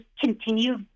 continue